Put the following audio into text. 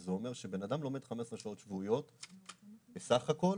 וזה אומר שבן אדם לומד 15 שעות שבועיות בסך הכל.